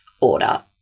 order